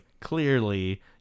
clearly